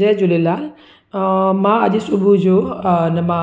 जय झूलेलाल मां अॼु सुबुह जो इन मां